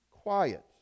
quiet